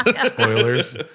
Spoilers